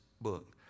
book